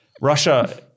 Russia